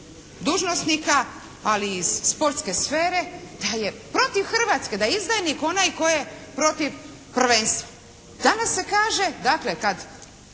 dužnosnika, ali iz sportske sfere da je protiv Hrvatske, da je izdajnik onaj tko je protiv prvenstva. Danas se kaže, dakle kad